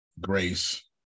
Grace